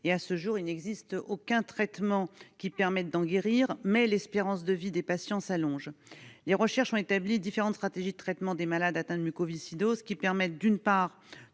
À ce jour, il n'existe aucun traitement qui permette d'en guérir, mais l'espérance de vie des patients s'allonge. Les recherches ont établi différentes stratégies de traitement des malades atteints de mucoviscidose, qui permettent, d'une part,